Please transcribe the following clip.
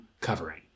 covering